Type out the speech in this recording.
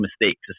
mistakes